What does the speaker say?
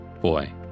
Boy